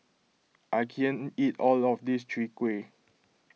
I can't eat all of this Chwee Kueh